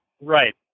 Right